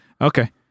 okay